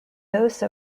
those